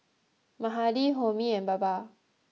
Mahade Homi and Baba